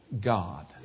God